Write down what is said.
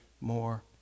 more